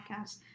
podcast